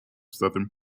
southern